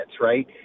right